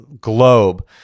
globe